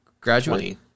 graduate